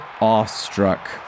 awestruck